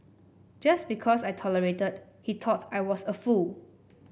just because I tolerated he thought I was a fool